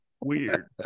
Weird